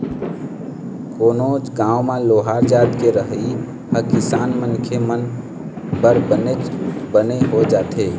कोनो गाँव म लोहार जात के रहई ह किसान मनखे मन बर बनेच बने हो जाथे